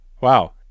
Wow